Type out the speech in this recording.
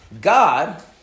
God